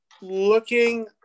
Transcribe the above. looking